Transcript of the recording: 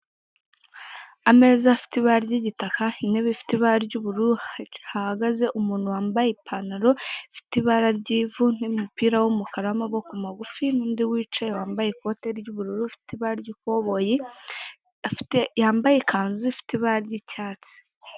Ameza afite ibara ryigitaka, intebe ifite ibara ry'ubururu, hahagaze umuntu wambaye ipantaro ifite ibara ry'ivu n'umupira w'umukara w'amaboko magufi, n'undi wicaye wambaye ikote ry'ubururu ufite ibara ry'ikoboyi, wambaye ikanzu ifite ibara ry'icyatsi.